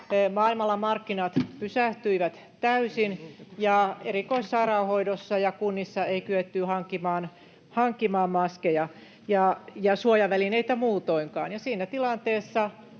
Maailmalla markkinat pysähtyivät täysin, ja erikoissairaanhoidossa ja kunnissa ei kyetty hankkimaan maskeja ja suojavälineitä muutoinkaan.